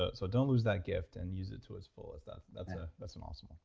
ah so don't lose that gift and use it to its fullest. ah that's ah that's and awesome.